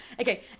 okay